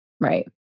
right